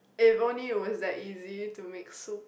if only it was that easy to make soup